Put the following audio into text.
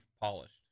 polished